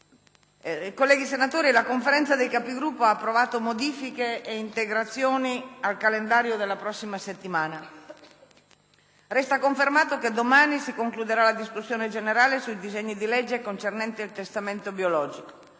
Colleghi senatori, la Conferenza dei Capigruppo ha approvato modifiche e integrazioni al calendario della prossima settimana. Resta confermato che domani si concluderà la discussione generale sui disegni di legge concernenti il testamento biologico.